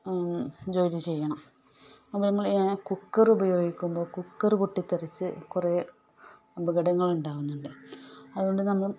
ജോലി ചെയ്യണം അതുപോലെ നമ്മൾ കുക്കർ ഉപയോഗിക്കുമ്പോൾ കുക്കർ പൊട്ടിത്തെറിച്ച് കുറെ അപകടങ്ങൾ ഉണ്ടാകുന്നുണ്ട് അതു കൊണ്ട് നമ്മൾ